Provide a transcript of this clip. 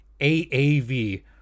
AAV